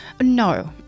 No